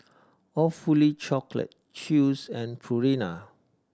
Awfully Chocolate Chew's and Purina